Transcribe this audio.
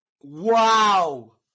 Wow